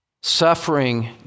suffering